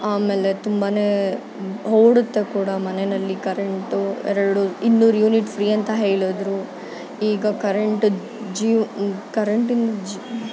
ಆಮೇಲೆ ತುಂಬ ಹೊರಡುತ್ತೆ ಕೂಡ ಮನೇನಲ್ಲಿ ಕರೆಂಟು ಎರಡು ಇನ್ನೂರು ಯೂನಿಟ್ ಫ್ರೀ ಅಂತ ಹೇಳಿದ್ರು ಈಗ ಕರೆಂಟ್ ಜೀವ ಕರೆಂಟಿನ ಜೀ